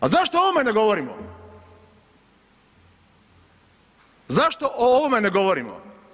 A zašto o ovome ne govorimo, zašto o ovome ne govorimo?